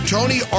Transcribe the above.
Tony